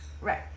Right